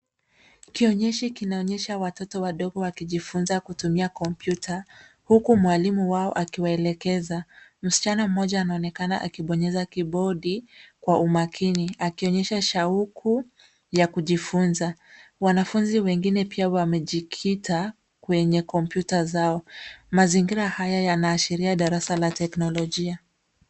KIonyeshi kinaonyesha watoto wadogo wakijifunza kutuma kompyuta huku mwalimu wao akiwaelekeza. Msichana mmoja anaonekana akibonyeza kibodi kwa umakini akionyesha shauku ya kujifunza. Wanafunzi wengine pia wamejikita kwenye kompyuta zao. Mazingira haya yanaashiria darasa la teknolojia.